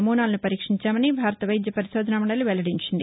నమూనాలను పరీక్షించామని భారత వైద్య పరిశోధనా మండలి వెల్లడించింది